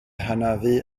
hanafu